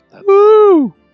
Woo